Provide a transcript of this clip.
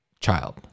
child